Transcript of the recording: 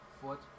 foot